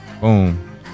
boom